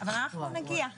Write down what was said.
אבל אנחנו נגיע.